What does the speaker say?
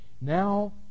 Now